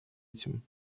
этим